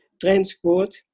transport